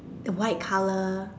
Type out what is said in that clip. white color